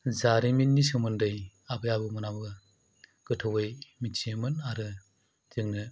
जारिमिननि सोमोन्दै आबै आबौमोनाबो गोथौयै मोनथियोमोन आरो जोंनो